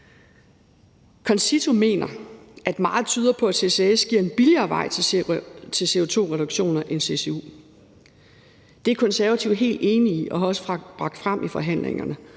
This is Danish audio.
CONCITO mener, at meget tyder på, at CCS giver en billigere vej til CO2-reduktioner end CCU. Det er Konservative helt enig i. Vi har også bragt det frem i forhandlingerne